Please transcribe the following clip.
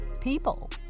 people